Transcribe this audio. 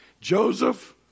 Joseph